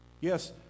Yes